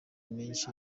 menshi